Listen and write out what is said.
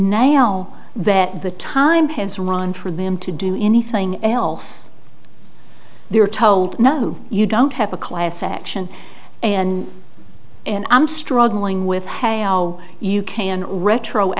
now that the time has run for them to do anything else they were told no you don't have a class action and and i'm struggling with hal you can retro